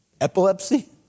epilepsy